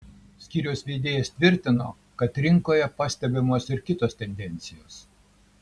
skyriaus vedėjas tvirtino kad rinkoje pastebimos ir kitos tendencijos